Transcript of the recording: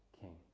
king